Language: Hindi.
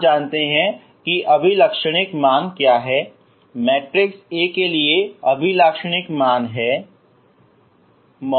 आप जानते हैं की अभिलक्षणिक मान क्या है मैंट्रिक्स A के लिए अभिलक्षणिक मान है